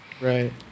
Right